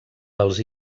dels